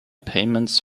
payments